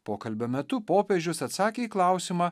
pokalbio metu popiežius atsakė į klausimą